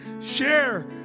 share